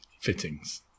fittings